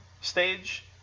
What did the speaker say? stage